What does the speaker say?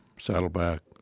Saddleback